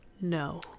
no